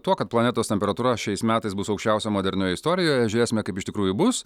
tuo kad planetos temperatūra šiais metais bus aukščiausia modernioje istorijoje žiūrėsime kaip iš tikrųjų bus